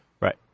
Right